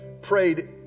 prayed